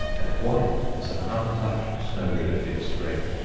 and white as an untouched snowdrift in spring.